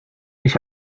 ich